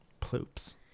Ploops